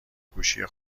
گوشی